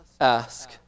ask